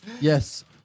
Yes